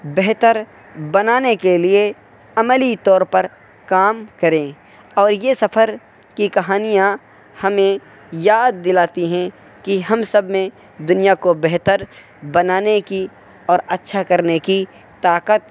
بہتر بنانے کے لیے عملی طور پر کام کریں اور یہ سفر کی کہانیاں ہمیں یاد دلاتی ہیں کہ ہم سب میں دنیا کو بہتر بنانے کی اور اچھا کرنے کی طاقت